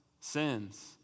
sins